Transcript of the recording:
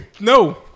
No